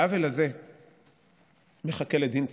והעוול הזה מחכה לדין צדק.